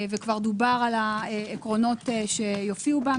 דובר על העקרונות שיופיעו בה.